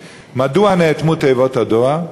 3. מדוע נאטמו תיבות הדואר?